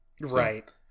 Right